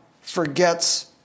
forgets